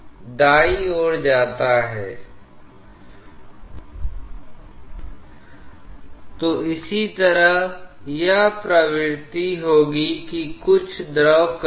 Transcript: इसका कारण बिल्कुल स्पष्ट है कि अगर इस तरह की स्ट्रीम लाइन होती हैं तो स्ट्रीम लाइन एक दूसरे में ज्यादा मिल जाती हैं क्योंकि वे अब पहले की तुलना में बहुत कम जगह के भीतर होने तक सीमित हैं